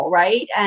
right